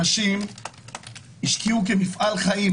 אנשים השקיעו כמפעל חיים.